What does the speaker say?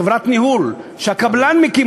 חברת ניהול שהקבלן מקים,